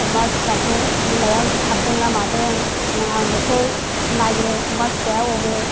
अमा फिसाखौ बिमाया उन्दुथारदों ना मादों आं बेखौ नायो अमा फिसाया अबे